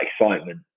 excitement